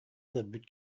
көрбүт